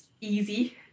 easy